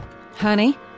Honey